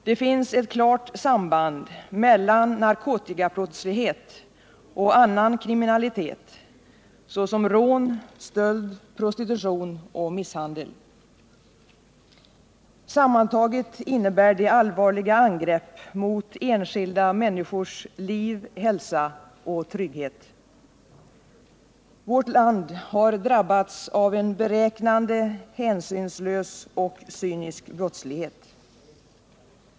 Det finns ett klart samband mellan narkotikabrottslighet och annan kriminalitet såsom rån, stöld, prostitution och misshandel. Sammantaget innebär de allvarliga angrepp mot enskilda människors liv, hälsa och trygghet. Vårt land har drabbats av en beräknande, hänsynslös och cynisk brottslighet.